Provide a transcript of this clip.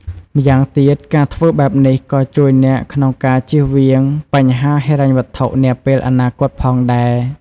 ម្យ៉ាងទៀត ការធ្វើបែបនេះក៏ជួយអ្នកក្នុងការជៀសវាងបញ្ហាហិរញ្ញវត្ថុនាពេលអនាគតផងដែរ។